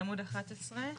בעמוד 11,